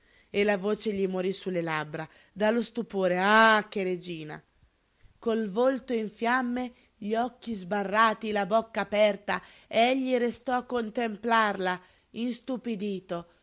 e la voce gli morí sulle labbra dallo stupore ah che regina col volto in fiamme gli occhi sbarrati la bocca aperta egli restò a contemplarla istupidito come